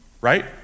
right